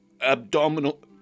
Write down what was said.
abdominal